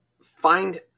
find